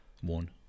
one